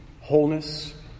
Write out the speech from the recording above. wholeness